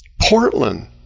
Portland